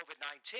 COVID-19